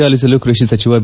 ಆಲಿಸಲು ಕೃಷಿ ಸಚಿವ ಬಿ